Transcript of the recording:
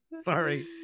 Sorry